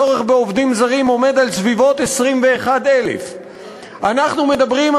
הצורך בעובדים זרים עומד על סביבות 21,000. אנחנו מדברים,